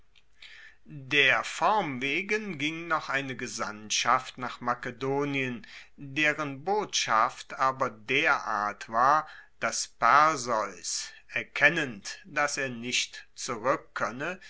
der form wegen ging noch eine gesandtschaft nach makedonien deren botschaft aber derart war dass perseus erkennend dass er nicht